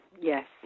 Yes